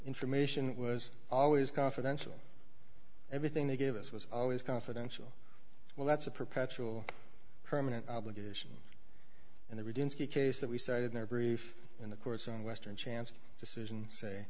information was always confidential everything they gave us was always confidential well that's a perpetual permanent obligation in the regency case that we started their brief in the courts and western chance of decision say